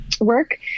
work